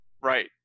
Right